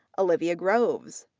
olivia groves,